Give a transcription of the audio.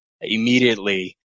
immediately